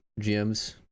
GMs